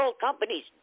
companies